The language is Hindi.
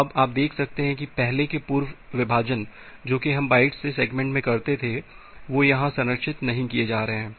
तो अब आप देख सकते हैं कि पहले के पूर्व विभाजन जो कि हम बाइट्स से सेगमेंट में करते थे वो यहाँ संरक्षित नहीं किए जा रहे हैं